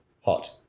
hot